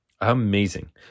Amazing